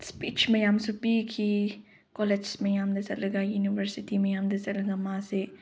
speech ꯃꯌꯥꯝꯁꯨ ꯄꯤꯈꯤ college ꯃꯌꯥꯝꯗ ꯆꯠꯂꯒ ꯌꯨꯅꯤꯕꯔꯁꯤꯇꯤ ꯃꯌꯥꯝꯗ ꯆꯠꯂꯒ ꯃꯥꯁꯦ